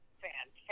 fantastic